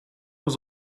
was